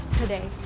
today